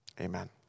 Amen